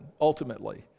ultimately